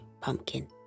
Pumpkin